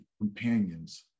companions